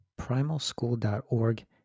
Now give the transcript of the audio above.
primalschool.org